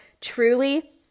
Truly